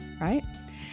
right